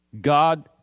God